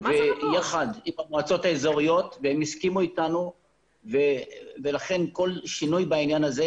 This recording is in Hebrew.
ויחד עם המועצות האזוריות והם הסכימו איתנו ולכן כל שינוי בעניין הזה